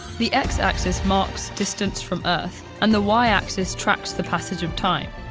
the x axis marks distance from earth, and the y axis tracks the passage of time.